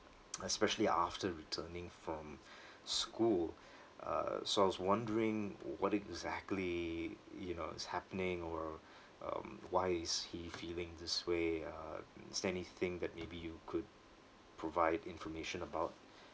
especially after returning from school uh so I was wondering what exactly you know is happening or um why is he feeling this way um is there anything that maybe you could provide information about